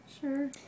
sure